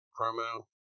promo